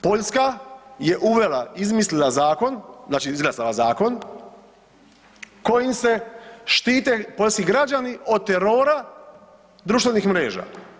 Poljska je uvela, izmislila zakon, znači izglasala zakon kojim se štite poljski građani od terora društvenih mreža.